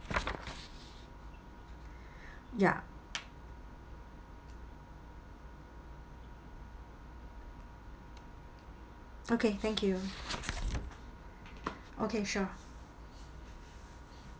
ya okay thank you okay sure